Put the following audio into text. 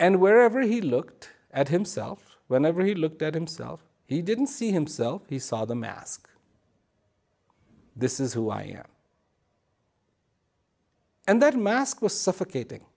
and wherever he looked at himself whenever he looked at himself he didn't see himself he saw the mask this is who i am and that mask was suffocating